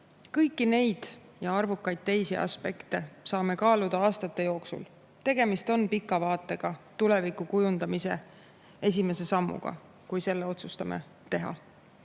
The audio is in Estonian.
Kõiki neid ja arvukaid teisi aspekte saame kaaluda aastate jooksul. Tegemist on pikas vaates tuleviku kujundamise esimese sammuga – kui selle otsustame teha.